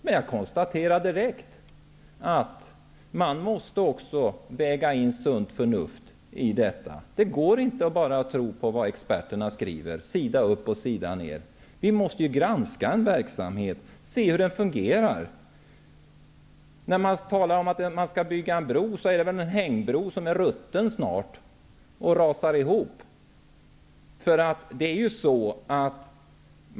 Men jag konstaterar direkt att man måste väga in även sunt förnuft i detta. Det går inte att bara tro på vad experterna skriver sida upp och sida ned. Vi måste granska en verksamhet och se hur den fungerar. När man talar om att man skall bygga en bro, är det väl en hängbro som snart är rutten och rasar ihop.